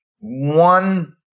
one